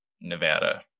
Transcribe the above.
Nevada